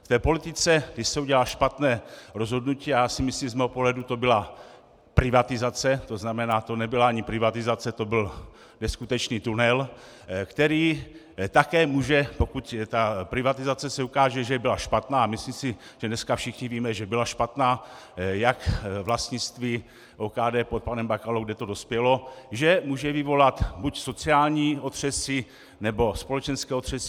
V politice, když se udělá špatné rozhodnutí a já si myslím, z mého pohledu to byla privatizace, to nebyla ani privatizace, to byl neskutečný tunel, který také může, pokud ta privatizace se ukáže, že byla špatná a myslím si, že dneska všichni víme, že byla špatná, jak vlastnictví OKD pod panem Bakalou, kam to dospělo že může vyvolat buď sociální otřesy, nebo společenské otřesy.